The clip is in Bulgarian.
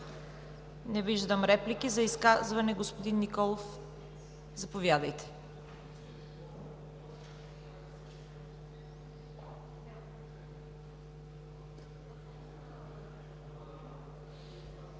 Не виждам. За изказване – господин Николов, заповядайте.